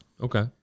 okay